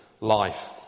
life